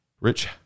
Rich